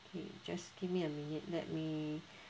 okay just give me a minute let me